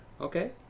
Okay